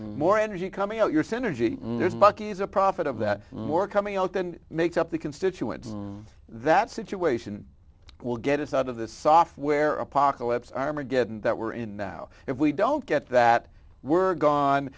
more energy coming out your synergy there's bucky's a profit of that more coming out than makes up the constituents of that situation will get us out of the software apocalypse armageddon that were in now if we don't get that were gone